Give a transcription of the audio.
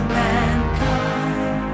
mankind